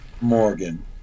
Morgan